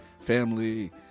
family